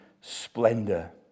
splendor